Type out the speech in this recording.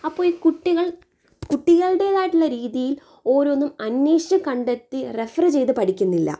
അപ്പോൾ ഈ കുട്ടികൾ കുട്ടികളുടേതായിട്ടുള്ള രീതിയിൽ ഓരോന്നും അന്വേഷിച്ച് കണ്ടെത്തി റഫർ ചെയ്ത് പഠിക്കുന്നില്ല